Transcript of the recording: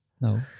No